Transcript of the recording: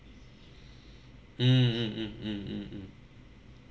mm mm mm mm mm mm